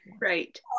Right